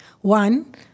one